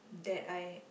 that I